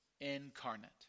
incarnate